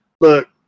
look